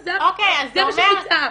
זה מה שמוצהר.